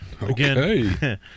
Again